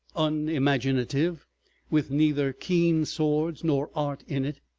unimaginative with neither keen swords nor art in it,